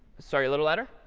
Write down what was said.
sorry, a little louder.